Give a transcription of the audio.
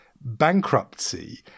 bankruptcy